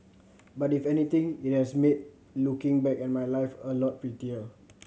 but if anything it has made looking back at my life a lot prettier